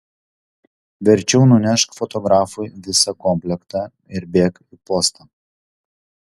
verčiau nunešk fotografui visą komplektą ir bėk į postą